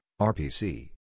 RPC